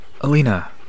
Alina